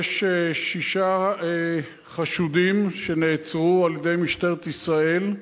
יש שישה חשודים שנעצרו על-ידי משטרת ישראל,